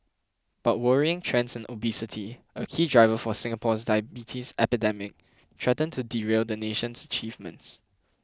but worrying trends in obesity a key driver for Singapore's diabetes epidemic threaten to derail the nation's achievements